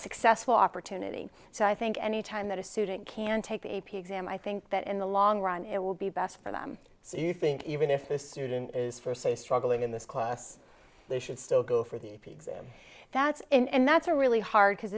successful opportunity so i think any time that a student can take the a p exam i think that in the long run it will be best for them so you think even if the student is for say struggling in this class they should still go for the a p exam that's in that's a really hard because